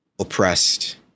oppressed